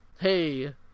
hey